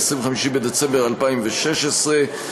25 בדצמבר 2016,